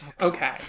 Okay